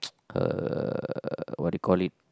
uh what do you call it